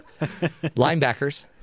Linebackers